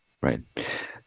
Right